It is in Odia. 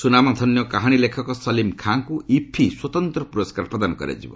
ସୁନାମଧନ୍ୟ କାହାଣୀ ଲେଖକ ସଲିମ୍ ଖାଁଙ୍କୁ ଇଫି ସ୍ୱତନ୍ତ୍ର ପୁରସ୍କାର ପ୍ରଦାନ କରାଯିବ